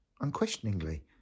unquestioningly